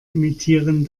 imitieren